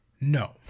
no